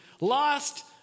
lost